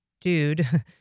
dude